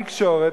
בתקשורת,